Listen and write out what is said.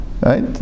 Right